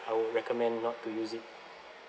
I would recommend not to use it